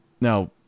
Now